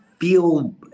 feel